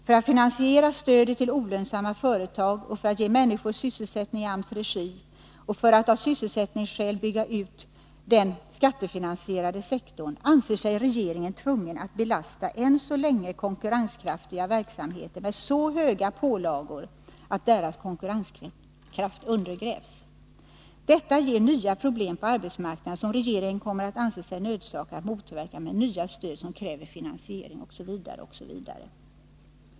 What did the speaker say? För att finansiera stödet till olönsamma företag, för att ge människor sysselsättning i AMS regi och för att av sysselsättningsskäl bygga ut den skattefinansierade sektorn anser sig regeringen tvungen att belasta än så länge konkurrenskraftiga verksamheter med så höga pålagor att deras konkurrenskraft undergrävs. Detta leder till nya problem på arbetsmarknaden, som regeringen kommer att se sig nödsakad att motverka med nya krav på stöd som kräver finansiering OSV.